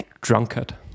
drunkard